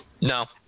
no